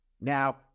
Now